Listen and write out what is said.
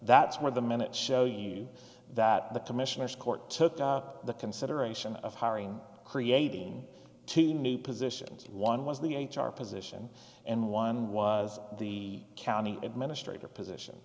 that's where the minutes show you that the commissioner's court took up the consideration of hiring creating two new positions one was the h r position and one was the county administrator position